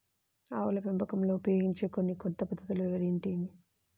ఆవుల పెంపకంలో ఉపయోగించే కొన్ని కొత్త పద్ధతులు ఏమిటీ?